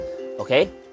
okay